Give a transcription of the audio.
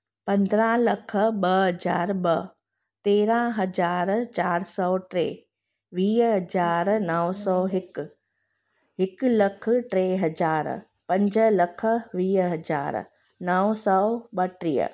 पंद्रहां लख ॿ हज़ार ॿ तेरहां हज़ार चारि सौ टे वीह हज़ार नौ सौ हिकु हिकु लख टे हज़ार पंज लख वीह हज़ार नौ सौ ॿटीह